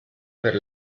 per